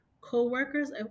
co-workers